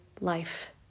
life